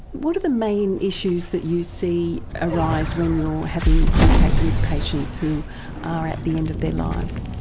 what are the main issues that you see arise when you are having contact with patients who are at the end of their lives?